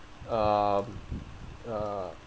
um uh